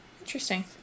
interesting